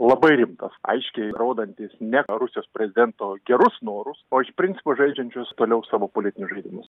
labai rimtas aiškiai rodantis ne rusijos prezidento gerus norus o iš principo žaidžiančius toliau savo politinius žaidimus